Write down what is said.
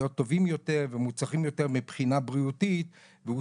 להיות טובים יותר ומוצלחים יותר מבחינה בריאותית והוא